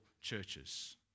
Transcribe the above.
churches